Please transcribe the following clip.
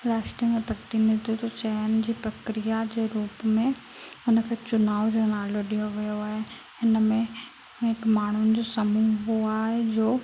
राष्ट्र में प्रतिनिधि जो चयन जी प्रक्रिया जे रुप में हुन खे चुनाव जो नालो ॾियो वियो आहे हिन में माण्हुनि जो समूह हूंदो आहे जो